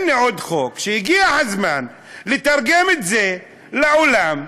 הנה עוד חוק שהגיע הזמן לתרגם אותו לעולם,